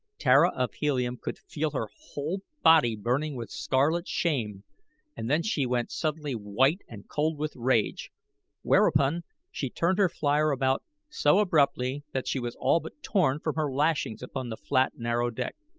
tara of helium could feel her whole body burning with scarlet shame and then she went suddenly white and cold with rage whereupon she turned her flier about so abruptly that she was all but torn from her lashings upon the flat, narrow deck.